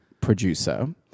producer